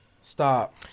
Stop